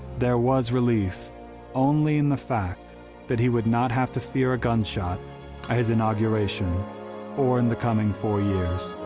there was relief only in the fact that he would not have to fear a gunshot at his inauguration or in the coming four years.